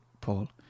Paul